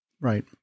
Right